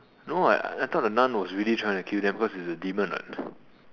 no what I thought the nun was really trying to kill them because it is a demon what